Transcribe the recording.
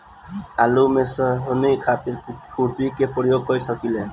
आलू में सोहनी खातिर खुरपी के प्रयोग कर सकीले?